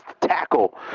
tackle